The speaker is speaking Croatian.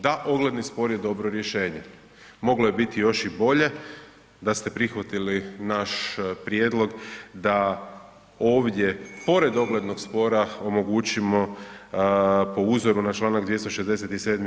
Da, ogledni spor je dobro rješenje, moglo je biti još i bolje da ste prihvatili naš prijedlog da ovdje pored oglednog spora, omogućimo po uzoru na članak 267.